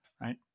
right